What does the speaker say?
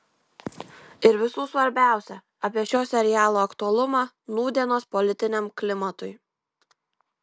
ir visų svarbiausia apie šio serialo aktualumą nūdienos politiniam klimatui